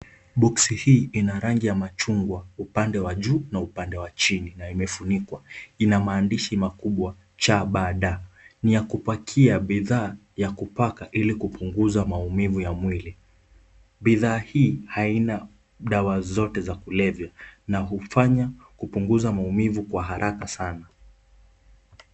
Boksi hii ina rangi ya machungwa upande wa juu na upande wa chini, na umefunikwa. Ina maandishi makubwa CBD, ni ya kupakia bidhaa ya kupaka ili kupunguza maumivu ya mwili. Bidhaa hii haina dawa zote za kulevya, na hufanya kupunguza maumivu kwa haraka sana.